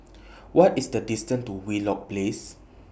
What IS The distance to Wheelock Place